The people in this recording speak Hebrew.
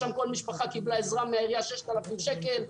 שם כל משפחה קיבלה עזרה של 6,000 שקל מהעירייה,